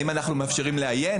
האם אנחנו מאפשרים לעיין,